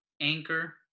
Anchor